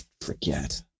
forget